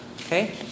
Okay